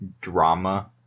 drama